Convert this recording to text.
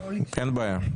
אין בעיה.